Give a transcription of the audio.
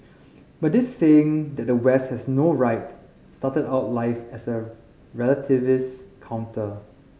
but this saying that the West has no right started out life as a relativist counter